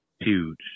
Huge